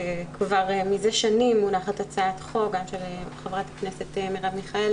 כבר מזה שנים מונחת הצעת חוק של ח"כ מרב מיכאלי